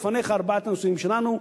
בפניך ארבעת הנושאים שלנו.